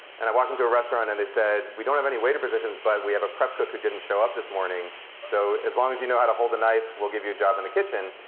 and i walked into a restaurant and they said we don't have any waiter positions, but we have a prep cook who didn't show up this morning so as long as you know how to hold the knife, we'll give you a job in the kitchen.